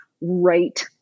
right